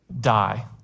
die